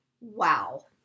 Wow